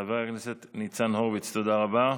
חבר הכנסת ניצן הורוביץ, תודה רבה.